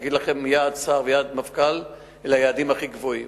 להגיד לכם: יעד שר ויעד מפכ"ל אלה היעדים הכי גבוהים.